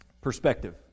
perspective